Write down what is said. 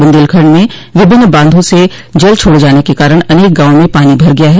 बुन्देलखंड में विभिन्न बांधों से जल छोडे जाने के कारण अनेक गांवों में पानी भर गया है